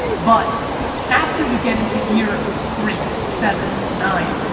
but after you get into year three, seven, nine,